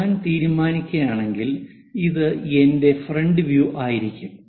ഞാൻ തീരുമാനിക്കുകയാണെങ്കിൽ ഇത് എന്റെ ഫ്രണ്ട് വ്യൂ ആയിരിക്കും